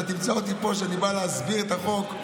אתה תמצא אותי פה כשאני בא להסביר את החוק.